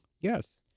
yes